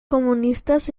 comunistas